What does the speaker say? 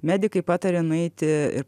medikai patarė nueiti ir